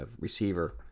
receiver